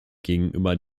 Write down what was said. gegenüber